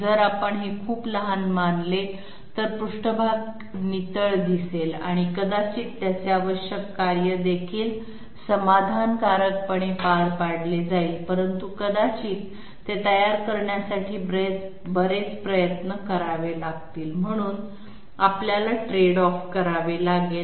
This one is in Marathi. जर आपण हे e खूप लहान मानले तर पृष्ठभाग नितळ दिसेल आणि कदाचित त्याचे आवश्यक कार्य देखील समाधानकारकपणे पार पाडले जाईल परंतु कदाचित ते तयार करण्यासाठी बरेच प्रयत्न करावे लागतील म्हणून आपल्याला ट्रेड ऑफ करावे लागेल